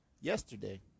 yesterday